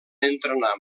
entrenar